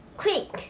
quick